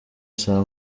saa